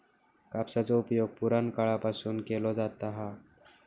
कापसाचो उपयोग पुराणकाळापासून केलो जाता हा